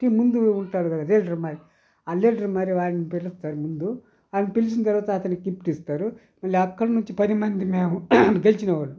team ముందుగా ఉంటారు కదా లీడర్ మరి ఆ లీడర్ మరి ఆయన పిలుస్తారు ముందు ఆయన్ని పిలిచిన తర్వాత ఆయనకి గిఫ్ట్ ఇస్తారు మళ్లీ అక్కడి నుంచి పదిమంది మేము గెలిచిన వాళ్ళం